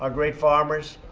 ah great farmers.